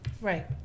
Right